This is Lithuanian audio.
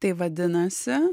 tai vadinasi